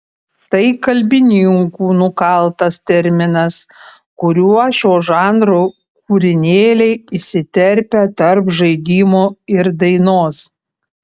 tai kalbininkų nukaltas terminas kuriuo šio žanro kūrinėliai įsiterpia tarp žaidimo ir dainos